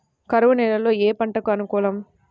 కరువు నేలలో ఏ పంటకు అనుకూలం?